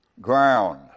ground